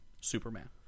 Superman